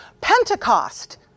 Pentecost